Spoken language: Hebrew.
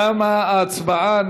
תמה ההצבעה.